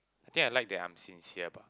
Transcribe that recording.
I think I like that I'm sincere bah